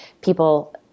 people